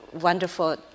wonderful